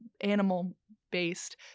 animal-based